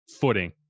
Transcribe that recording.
footing